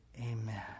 Amen